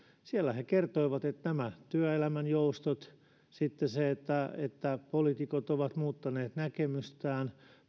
siellä he kertoivat että nämä työelämän joustot ja sitten se että että poliitikot ovat muuttaneet näkemystään